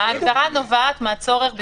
ההגדרה נובעת מהצורך,